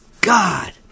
God